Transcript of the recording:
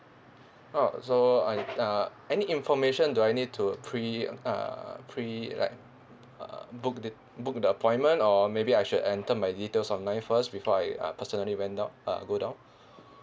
oh so I uh any information do I need to pre~ uh pre~ like uh book the book the appointment or maybe I should enter my details online first before I uh personally went down uh go down